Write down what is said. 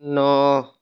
ନଅ